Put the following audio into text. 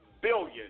billion